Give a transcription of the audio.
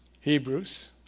Hebrews